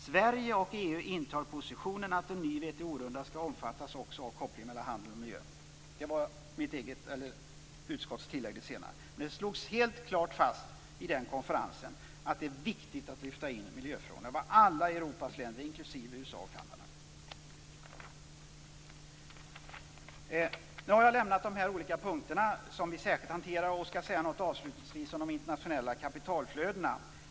Sverige och EU intar positionen att en ny WTO-runda skall omfattas också av kopplingen mellan handel och miljö." Den andra meningen är utskottets tillägg. Det slogs helt klart fast vid den konferensen att det är viktigt att lyfta in miljöfrågorna. Det sade alla Europas länder samt USA och Nu lämnar jag de olika punkter som vi hanterar särskilt, och jag skall avslutningsvis säga något om de internationella kapitalflödena.